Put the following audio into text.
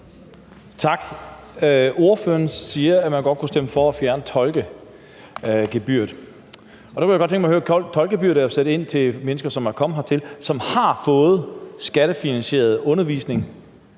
Tak. Ordføreren siger, at man godt kunne stemme for at fjerne tolkegebyret. Tolkegebyret er jo indført for mennesker, som er kommet hertil, og som har fået skattefinansieret undervisning,